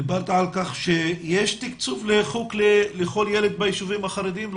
דיברת על כך שיש תקצוב לחוג לכל ילד ביישובים החרדים?